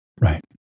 Right